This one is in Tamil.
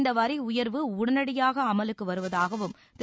இந்த வரி உயர்வு உடனடியாக அமலுக்கு வருவதாகவும் திரு